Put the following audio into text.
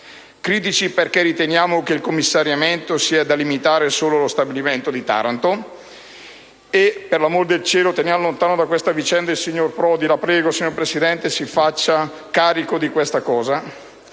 l'Ilva, perché riteniamo che il commissariamento sia da limitare solo allo stabilimento di Taranto ‑ e, per l'amor del Cielo, teniamo lontano da questa vicenda il signor Prodi; la prego, signor Presidente, si faccia carico di questa cosa